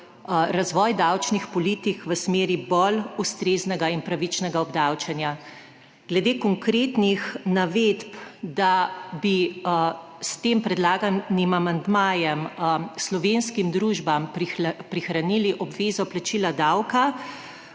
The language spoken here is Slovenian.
razvoj davčnih politik v smeri bolj ustreznega in pravičnega obdavčenja. Glede konkretnih navedb, da bi s tem predlaganim amandmajem slovenskim družbam prihranili obvezo plačila davka,